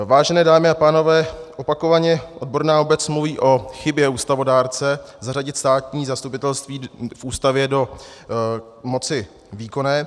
Vážené dámy a pánové, opakovaně odborná obec mluví o chybě ústavodárce zařadit státní zastupitelství v Ústavě do moci výkonné.